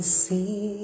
see